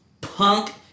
punk